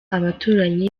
abaturanyi